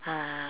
uh